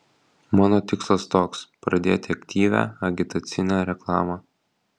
mano tikslas toks pradėti aktyvią agitacinę reklamą